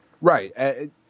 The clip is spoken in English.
Right